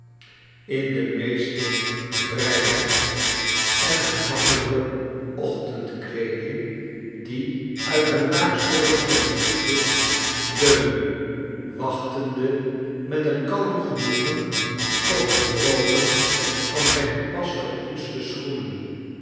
ochtendkleeding die uit een laag zoldervenstertje leunde wachtende met een kalm genoegen op het drogen van zijne pas gepoetste schoenen